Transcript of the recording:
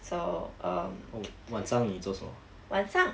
so um 晚上